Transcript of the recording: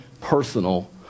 personal